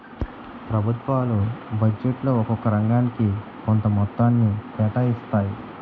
ప్రభుత్వాలు బడ్జెట్లో ఒక్కొక్క రంగానికి కొంత మొత్తాన్ని కేటాయిస్తాయి